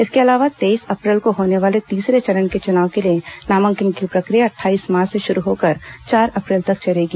इसके अलावा तेईस अप्रैल को होने वाले तीसरे चरण के चुनाव लिए नामांकन की प्रक्रिया अट्ठाईस मार्च से शुरू होकर चार अप्रैल तक चलेगी